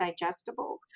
digestible